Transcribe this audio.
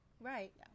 right